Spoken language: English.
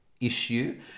issue